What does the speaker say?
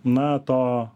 na to